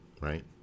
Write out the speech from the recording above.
right